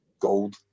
Gold